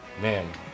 man